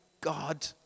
God